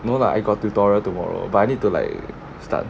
no lah I got tutorial tomorrow but I need to like start